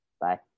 Bye